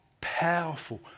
powerful